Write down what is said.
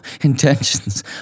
intentions